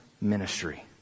ministry